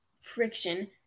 friction